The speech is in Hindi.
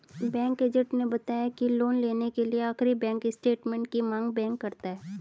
बैंक एजेंट ने बताया की लोन लेने के लिए आखिरी बैंक स्टेटमेंट की मांग बैंक करता है